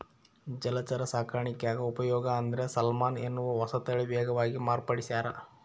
ಜಲಚರ ಸಾಕಾಣಿಕ್ಯಾಗ ಉಪಯೋಗ ಅಂದ್ರೆ ಸಾಲ್ಮನ್ ಎನ್ನುವ ಹೊಸತಳಿ ವೇಗವಾಗಿ ಮಾರ್ಪಡಿಸ್ಯಾರ